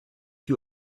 you